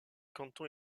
canton